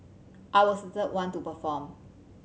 I was the third one to perform